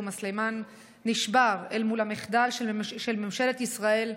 תומא סלימאן נשבר אל מול המחדל של ממשלת ישראל,